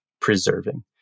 preserving